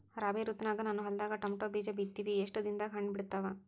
ರಾಬಿ ಋತುನಾಗ ನನ್ನ ಹೊಲದಾಗ ಟೊಮೇಟೊ ಬೀಜ ಬಿತ್ತಿವಿ, ಎಷ್ಟು ದಿನದಾಗ ಹಣ್ಣ ಬಿಡ್ತಾವ?